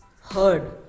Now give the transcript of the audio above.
heard